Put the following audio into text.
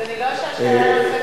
אז אני לא אשאל שאלה נוספת.